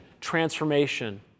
transformation